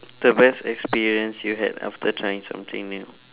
the best experience you had after trying something new